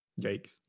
Yikes